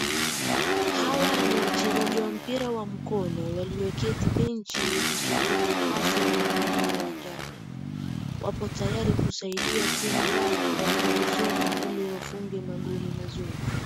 Hawa ni wachezaji wa mpira wa mkono, walioketi benchi wakisubiri nafasi ya kuingia uwanjani, wapo tayari kusaidia timu yao kwa nguvu zote ili wafunge magoli mazuri.